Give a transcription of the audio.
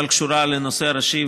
אבל קשורה לנושא הראשי,